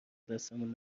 دستمون